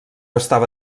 estava